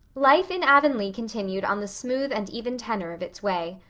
life in avonlea continued on the smooth and even tenor of its way.